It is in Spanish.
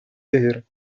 tejer